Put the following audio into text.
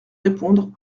répondre